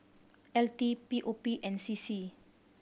L T P O P and C C